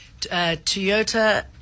Toyota